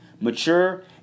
Mature